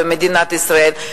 במדינת ישראל.